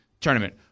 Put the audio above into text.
tournament